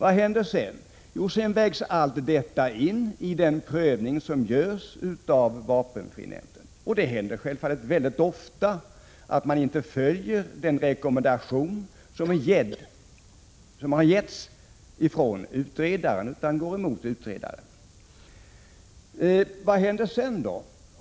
Allt detta vägs sedan in i den prövning som görs av vapenfrinämnden. Det händer självfallet ofta att man inte följer den rekommendation som getts ifrån utredaren, utan går emot utredaren.